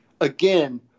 again